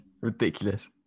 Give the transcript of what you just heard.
ridiculous